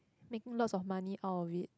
making lots of money out of it